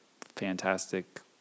fantastic